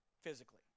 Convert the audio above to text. physically